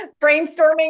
brainstorming